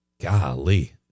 Golly